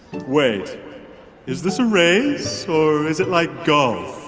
wait is this a race or is it like golf?